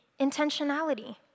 intentionality